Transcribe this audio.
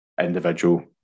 individual